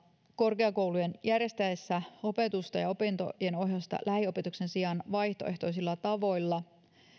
korkeakoulujen järjestäessä opetusta ja opintojenohjausta lähiopetuksen sijaan vaihtoehtoisilla tavoilla